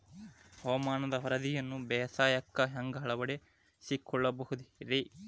ಹವಾಮಾನದ ವರದಿಯನ್ನ ಬೇಸಾಯಕ್ಕ ಹ್ಯಾಂಗ ಅಳವಡಿಸಿಕೊಳ್ಳಬಹುದು ರೇ?